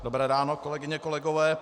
Dobré ráno, kolegyně, kolegové.